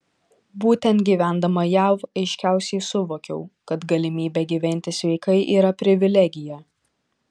būtent gyvendama jav aiškiausiai suvokiau kad galimybė gyventi sveikai yra privilegija